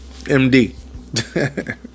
MD